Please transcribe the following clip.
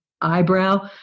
eyebrow